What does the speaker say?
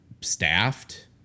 staffed